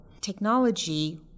technology